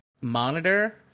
monitor